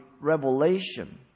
revelation